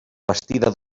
bastida